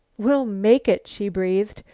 we'll make it, she breathed.